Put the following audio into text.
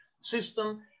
system